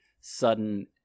sudden